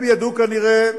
הם ידעו כנראה